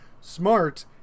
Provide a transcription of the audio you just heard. smart